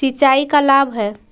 सिंचाई का लाभ है?